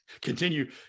continue